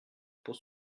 pour